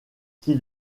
qui